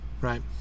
right